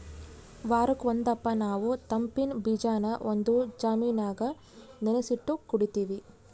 ವಾರುಕ್ ಒಂದಪ್ಪ ನಾವು ತಂಪಿನ್ ಬೀಜಾನ ಒಂದು ಜಾಮಿನಾಗ ನೆನಿಸಿಟ್ಟು ಕುಡೀತೀವಿ